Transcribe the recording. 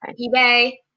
eBay